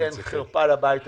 הדרישות האלה הן חרפה לבית הזה.